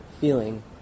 feeling